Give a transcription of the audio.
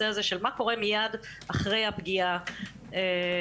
הזה של מה קורה מיד אחרי הפגיעה המינית